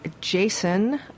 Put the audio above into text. Jason